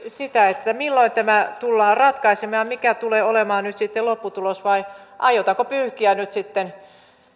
sitä esitettiin milloin tämä tullaan ratkaisemaan ja mikä tulee olemaan nyt sitten lopputulos vai aiotaanko pyyhkiä nyt sitten